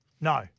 No